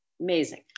amazing